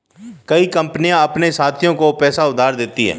कई कंपनियां अपने साथियों को पैसा उधार देती हैं